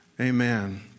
Amen